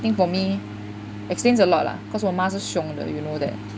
for me explains a lot lah cause 我妈是凶的 you know that